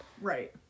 Right